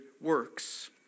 works